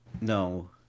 No